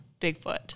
Bigfoot